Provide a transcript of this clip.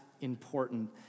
important